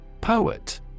Poet